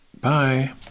Bye